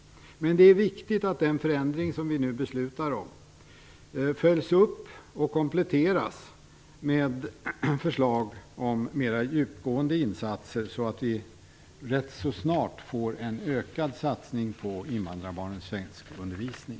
Men det är viktigt att den förändring som vi nu beslutar om följs upp och kompletteras med förslag om mera djupgående insatser så att vi ganska snart får en ökad satsning på invandrarbarnens svenskundervisning.